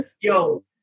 Yo